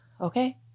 okay